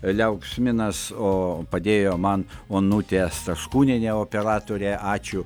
liauksminas o padėjo man onutė staškūnienė operatorė ačiū